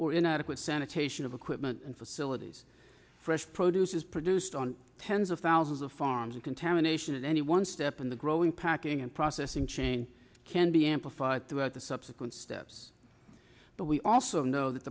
or inadequate sanitation of equipment and facilities fresh produce is produced on tens of thousands of farms and contamination in any one step in the growing packing and processing chain can be amplified throughout the subsequent steps but we also know that